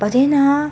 but then ha